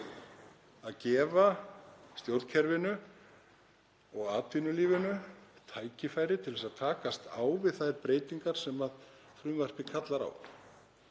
að gefa stjórnkerfinu og atvinnulífinu tækifæri til að takast á við þær breytingar sem frumvarpið kallar á.